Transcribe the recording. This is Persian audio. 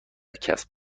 کسب